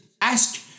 Ask